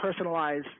personalize